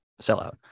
sellout